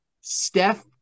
Steph